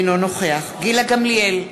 אינו נוכח גילה גמליאל,